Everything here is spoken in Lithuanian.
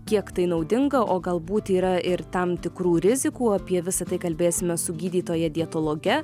kiek tai naudinga o galbūt yra ir tam tikrų rizikų apie visa tai kalbėsime su gydytoja dietologe